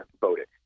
voted